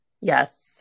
Yes